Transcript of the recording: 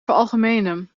veralgemenen